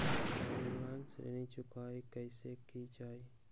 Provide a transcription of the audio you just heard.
Online ऋण चुकाई कईसे की ञाई?